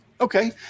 Okay